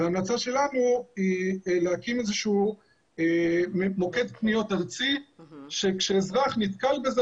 ההמלצה שלנו היא להקים איזשהו מוקד פניות ארצי כך שכשאזרח נתקל בזה,